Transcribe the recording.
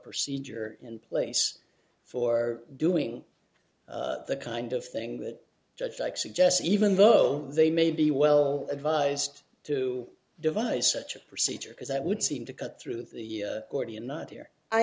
procedure in place for doing the kind of thing that judge like suggests even though they may be well advised to devise such a procedure because that would seem to cut through the gordian knot here i